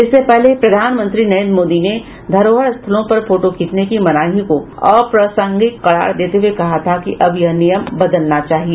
इससे पहले प्रधानमंत्री नरेंद्र मोदी ने धरोहर स्थलों पर फोटो खींचने की मनाही को अप्रासंगिक करार देते हुए कहा था कि अब यह नियम बदलना चाहिए